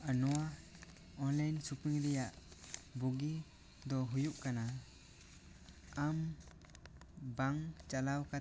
ᱟᱨ ᱱᱚᱣᱟ online shopping ᱨᱮᱭᱟᱜ ᱵᱩᱜᱤ ᱫᱚ ᱦᱩᱭᱩᱜ ᱠᱟᱱᱟ ᱟᱢ ᱵᱟᱝ ᱪᱟᱞᱟᱣ ᱠᱟᱛᱮ ᱜᱮ